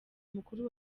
mukuru